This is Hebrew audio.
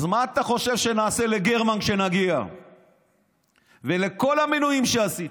אז מה אתה חושב שנעשה לגרמן כשנגיע ולכל המינויים שעשית?